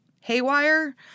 haywire